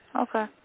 Okay